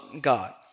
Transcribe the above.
God